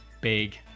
big